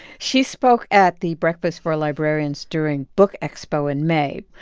she spoke at the breakfast for librarians during bookexpo in may.